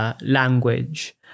language